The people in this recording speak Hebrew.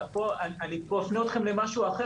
אנחנו לא מכירים את האירועים האלה.